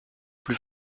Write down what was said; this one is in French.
plus